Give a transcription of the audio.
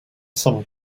some